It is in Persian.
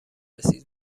رسید